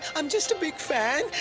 i'm just a big fan.